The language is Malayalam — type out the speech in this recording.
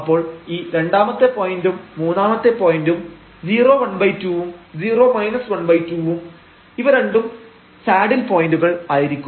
അപ്പോൾ ഈ രണ്ടാമത്തെ പോയന്റും മൂന്നാമത്തെ പോയന്റും 012 ഉം 0 12ഉം ഇവ രണ്ടും സാഡിൽ പോയന്റുകൾ ആയിരിക്കും